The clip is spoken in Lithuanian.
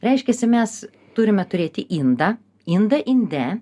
reiškiasi mes turime turėti indą indą inde